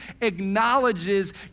acknowledges